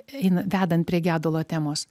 eina dedant prie gedulo temos